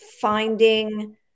finding